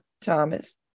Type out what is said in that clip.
Thomas